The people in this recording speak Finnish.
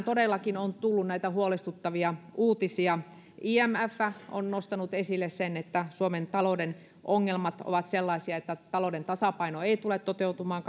todellakin on tullut näitä huolestuttavia uutisia imf on nostanut esille sen että suomen talouden ongelmat ovat sellaisia että talouden tasapaino ei tule toteutumaan